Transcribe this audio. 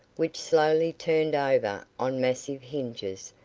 which slowly turned over on massive hinges,